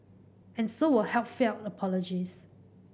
and so were heartfelt apologies